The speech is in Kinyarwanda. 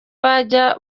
bajya